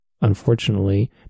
unfortunately